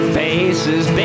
faces